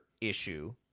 issue